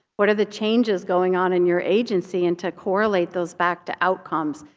what are the changes going on in your agency, and to correlate those back to outcomes.